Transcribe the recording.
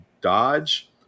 Dodge